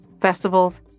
festivals